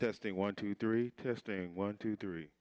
testing one two three testing one two three